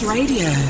Radio